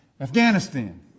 Afghanistan